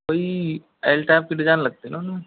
कोई L type का design लगते ना उनमें